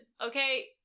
okay